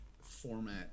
format